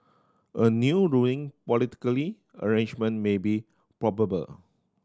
a new ruling politically arrangement may be probable